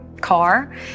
car